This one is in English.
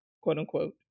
quote-unquote